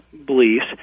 beliefs